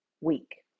week